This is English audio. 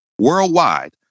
worldwide